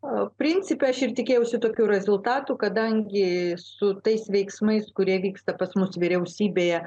principe aš ir tikėjausi tokių rezultatų kadangi su tais veiksmais kurie vyksta pas mus vyriausybėje